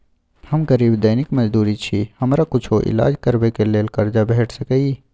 हम गरीब दैनिक मजदूर छी, हमरा कुछो ईलाज करबै के लेल कर्जा भेट सकै इ?